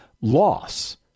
loss